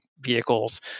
vehicles